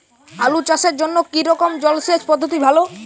আলু চাষের জন্য কী রকম জলসেচ পদ্ধতি ভালো?